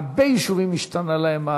הרבה יישובים השתנה להם,